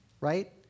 right